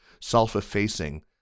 self-effacing